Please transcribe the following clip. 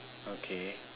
okay